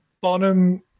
Bonham